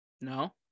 no